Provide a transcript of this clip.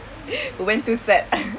went too sad